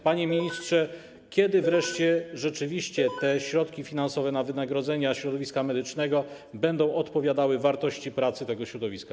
Panie ministrze, kiedy wreszcie rzeczywiście te środki finansowe na wynagrodzenia środowiska medycznego będą odpowiadały wartości pracy tego środowiska?